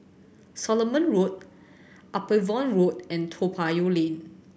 Solomon Road Upavon Road and Toa Payoh Lane